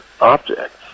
objects